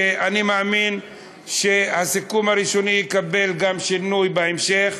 ואני מאמין שהסיכום הראשוני יקבל גם שינוי בהמשך,